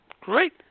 Great